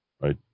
right